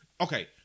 Okay